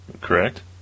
correct